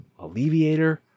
alleviator